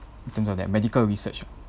in terms of that medical research ah